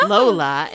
Lola